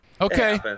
okay